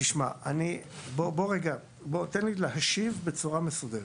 תן לי להשיב בצורה מסודרת.